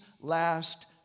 last